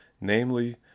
namely